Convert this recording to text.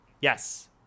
Yes